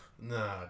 Nah